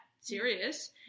serious